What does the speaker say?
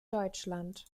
deutschland